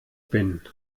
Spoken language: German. bin